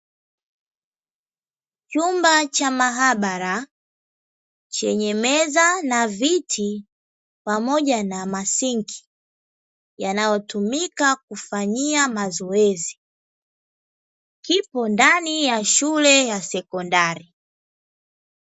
Chumba cha maabara chenye meza na viti pamoja na masinki yanayotumika kufanyia mazoezi, kipo ndani ya shule ya sekondari.